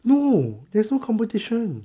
no there's no competition